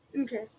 Okay